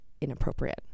inappropriate